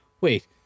wait